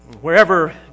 Wherever